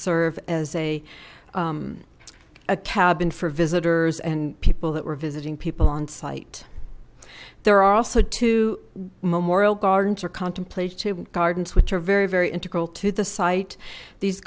serve as a a cabin for visitors and people that were visiting people on site there are also two memorial gardens or contemplative gardens which are very very integral to the site these